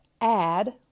add